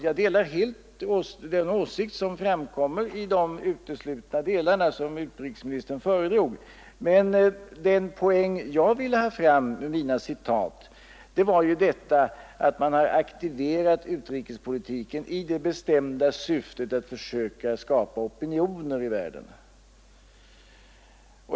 Jag delar helt den åsikt som framkommer i de uteslutna delar som utrikesministern föredrog. Den poäng jag vill ha fram med mina citat var att man har aktiverat utrikespolitiken i det bestämda syftet att försöka skapa opinioner i världen.